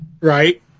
Right